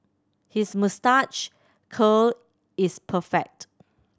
his moustache curl is perfect